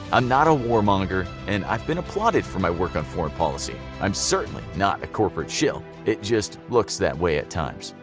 i'm not a warmonger and i've been applauded for my work on foreign policy. i'm certainly certainly not a corporate shill, it just looks that way at times.